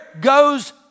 goes